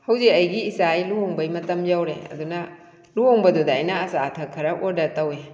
ꯍꯧꯖꯤꯛ ꯑꯩꯒꯤ ꯏꯆꯥꯒꯤ ꯂꯨꯍꯣꯡꯕꯩ ꯃꯇꯝ ꯌꯧꯔꯛꯑꯦ ꯑꯗꯨꯅ ꯂꯨꯍꯣꯡꯕꯗꯨꯗ ꯑꯩꯅ ꯑꯆꯥ ꯑꯊꯛ ꯈꯔ ꯑꯣꯔꯗꯔ ꯇꯧꯋꯤ